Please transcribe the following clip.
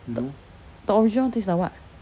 the the original one taste like what